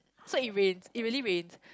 so it rains it really rains